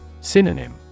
Synonym